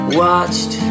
watched